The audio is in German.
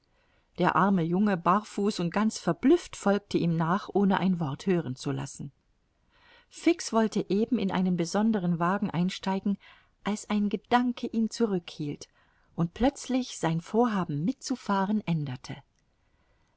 der arme junge barfuß und ganz verblüfft folgte ihm nach ohne ein wort hören zu lassen fix wollte eben in einen besonderen wagen einsteigen als ein gedanke ihn zurückhielt und plötzlich sein vorhaben mitzufahren änderte